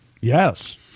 Yes